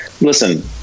listen